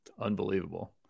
unbelievable